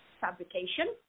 fabrication